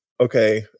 okay